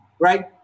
right